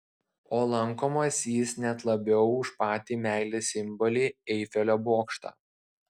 o lankomas jis net labiau už patį meilės simbolį eifelio bokštą